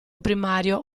primario